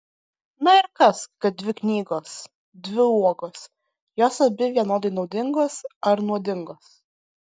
na ir kas kad dvi knygos dvi uogos jos abi vienodai naudingos ar nuodingos